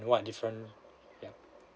what different ya